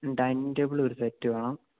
മ് dining table ഒരു set വേണം